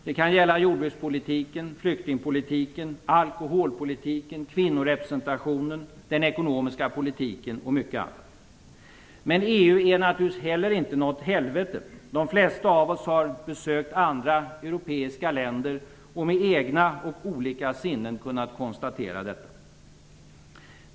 Det kan gälla jordbrukspolitiken, flyktingpolitiken, alkoholpolitiken, kvinnorepresentationen, den ekonomiska politiken och mycket annat. Men EU är naturligtvis inte heller något helvete. De flesta av oss har besökt andra europeiska länder och med egna ögon kunnat konstatera detta.